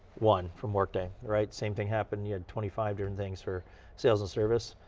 one from workday, right. same thing happened, you had twenty five different things for sales and service.